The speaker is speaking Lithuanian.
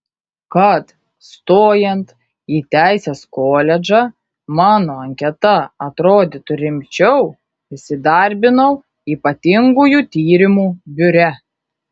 kad stojant į teisės koledžą mano anketa atrodytų rimčiau įsidarbinau ypatingųjų tyrimų biure